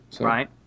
Right